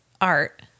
art